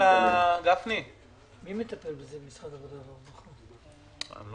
במכתב ששלחת לשר העבודה, האם למכסה קיבלת תשובה?